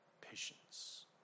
patience